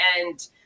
and-